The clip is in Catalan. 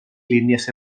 línies